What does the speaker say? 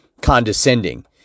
condescending